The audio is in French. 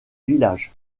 village